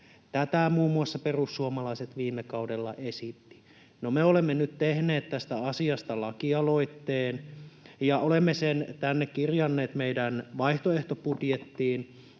Tätä muun muassa perussuomalaiset viime kaudella esitti. No, me olemme nyt tehneet tästä asiasta lakialoitteen ja olemme kirjanneet tänne meidän vaihtoehtobudjettiin,